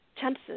chances